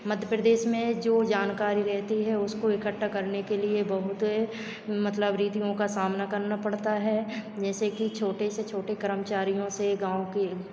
मध्य प्रदेश में जो जानकारी रहती हैं उसको इकट्ठा करने के लिए बहुत मतलब रीतियों का सामना करना पड़ता है जैसे कि छोटे से छोटे कर्मचारियों से गाँव के